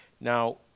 Now